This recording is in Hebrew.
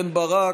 רם בן ברק,